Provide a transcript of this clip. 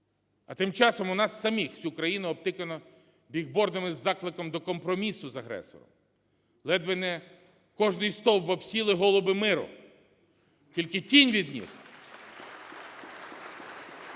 А тим часом у нас самих всю країну обтикано біг-бордами з закликом до компромісу з агресором. Ледве не кожний стовп обсіли голуби миру, тільки тінь від них… (Оплески)